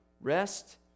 rest